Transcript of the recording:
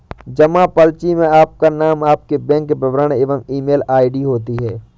जमा पर्ची में आपका नाम, आपके बैंक विवरण और ईमेल आई.डी होती है